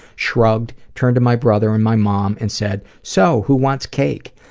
shrugged, turned to my brother and my mom and said, so, who wants cake?